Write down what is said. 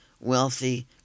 wealthy